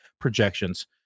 projections